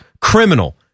criminal